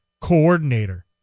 Coordinator